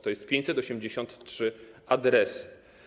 To są 583 adresy.